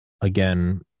again